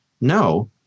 No